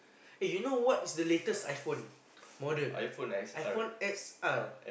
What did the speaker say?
eh you know what is the latest iPhone model iPhone X_R